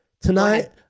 Tonight